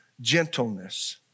gentleness